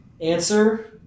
Answer